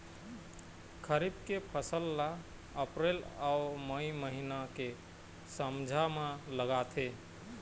खरीफ के फसल ला अप्रैल अऊ मई महीना के माझा म लगाथे